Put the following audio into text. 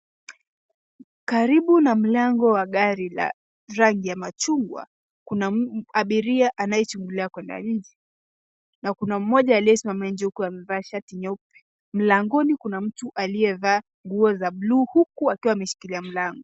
Karibu na mlango wa gari la rangi ya machungwa, kuna abiria anayechungulia kwa ndani na kuna mmoja aliyesimama nje huku amevaa shati nyeupe. Mlangoni kuna mtu aliyevaa nguo za bluu huku akiwa ameshikilia mlango.